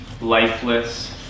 lifeless